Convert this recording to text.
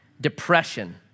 depression